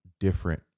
different